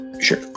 sure